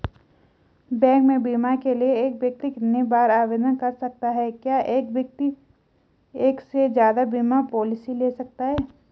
Bank में बीमे के लिए एक व्यक्ति कितनी बार आवेदन कर सकता है क्या एक व्यक्ति एक से ज़्यादा बीमा पॉलिसी ले सकता है?